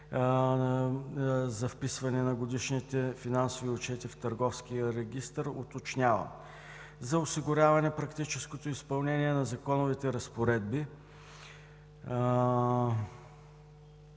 за вписване на годишните финансови отчети в Търговския регистър, уточнявам: за осигуряване практическото изпълнение на законовите разпоредби